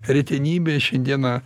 retenybė šiandieną